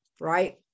Right